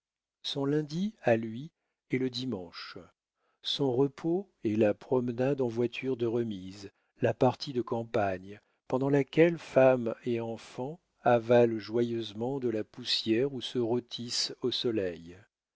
son lundi à lui est le dimanche son repos est la promenade en voiture de remise la partie de campagne pendant laquelle femme et enfants avalent joyeusement de la poussière ou se rôtissent au soleil